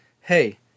hey